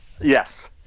yes